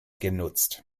genutzt